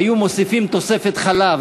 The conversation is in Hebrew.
היו נותנים תוספת חלב,